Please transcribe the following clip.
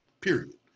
period